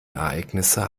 ereignisse